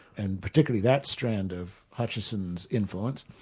and particularly that strand of hutcheson's influence,